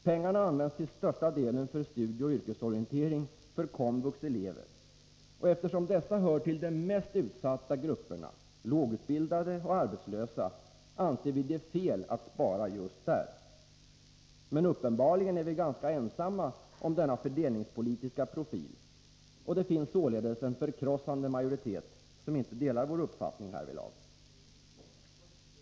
Pengarna används till största delen för studieoch yrkesorientering för komvuxelever, och eftersom dessa hör till de mest utsatta grupperna — lågutbildade och arbetslösa — anser vi det vara fel att spara just där. Men uppenbarligen är vi ganska ensamma om denna fördelningspolitiska profil, och det finns således en förkrossande majoritet som inte delar vår uppfattning härvidlag.